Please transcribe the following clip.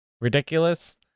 ridiculous